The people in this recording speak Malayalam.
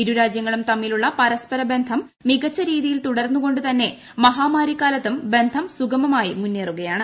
ഇരുരാജൃങ്ങളും തമ്മിലുള്ള പരസ്പരബന്ധം മികച്ചരീതിയിൽ തുടരുന്നതുകൊുതന്നെ മഹാമാരിക്കാലത്തും ബന്ധം സുഗമമായി മുന്നേറുകയാണ്